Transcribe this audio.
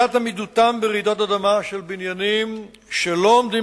סוגיית עמידותם ברעידות אדמה של בניינים שלא עומדים